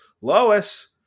Lois